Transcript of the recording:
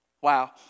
Wow